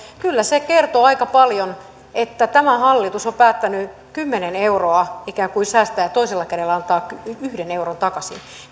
kyllä se kertoo aika paljon että tämä hallitus on päättänyt kymmenen euroa ikään kuin säästää ja toisella kädellä antaa yhden euron takaisin